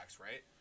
right